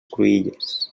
cruïlles